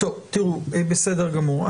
בסדר גמור.